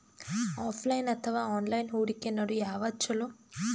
Offline ಅಥವಾ online ಹೂಡಿಕೆ ನಡು ಯವಾದ ಛೊಲೊ?